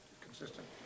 Consistent